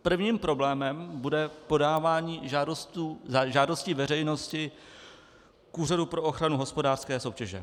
Prvním problémem bude podávání žádosti veřejnosti k Úřadu pro ochranu hospodářské soutěže.